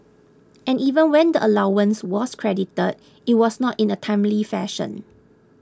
and even when the allowance was credited it was not in a timely fashion